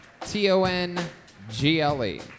T-O-N-G-L-E